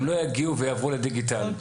הם לא יגיעו ויעברו לדיגיטל.